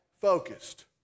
focused